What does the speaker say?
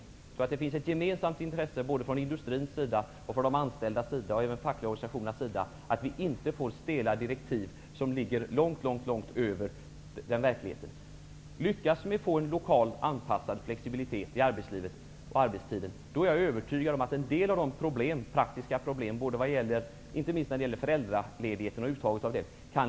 Jag tror att det finns ett gemensamt intresse från industrin, de anställda och de fackliga organisationerna att vi inte får stela direktiv som ligger långt ifrån verkligheten. Jag är övertygad om att en del av de praktiska problemen, inte minst när det gäller uttag av föräldraledighet, kan lösas om vi lyckas få en lokalt anpassad flexibilitet när det gäller arbetslivet och arbetstiden.